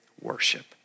worship